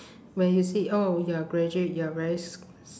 where you see oh you're a graduate you're very s~